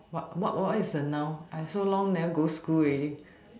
what what what is a noun I so long never go school already